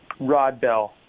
Rodbell